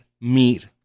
meet